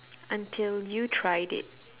until you tried it